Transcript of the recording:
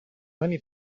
many